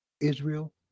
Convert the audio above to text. Israel